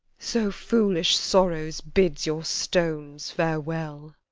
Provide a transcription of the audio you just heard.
so foolish sorrows bids your stones farewell.